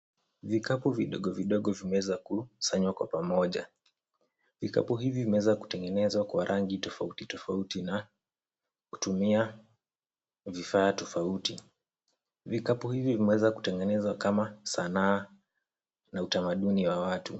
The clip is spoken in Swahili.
Vikapu vidogo vidogo vimeeza kusanywa kwa pamoja, vikapu hivi vimeweza kutengenezwa kwa rangi tofauti tofauti na kutumia vifaa tofauti. Vikapu hivi vimeweza kutengenezwa kama sanaa na utamaduni wa watu.